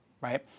right